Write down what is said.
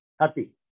happy